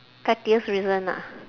pettiest reason ah